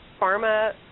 pharma